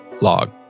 log